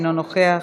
אינו נוכח,